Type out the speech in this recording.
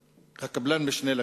קבלן המשנה לכיבוש,